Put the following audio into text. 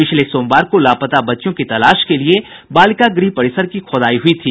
पिछले सोमवार को लापता बच्चियों की तलाश के लिए बालिका गृह परिसर की खोदाई हुई थी